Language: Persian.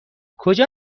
کجا